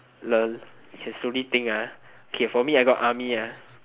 lol can slowly think ah k for me I got army ah